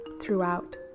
throughout